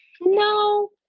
no